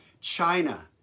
China